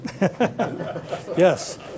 Yes